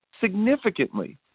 significantly